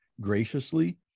graciously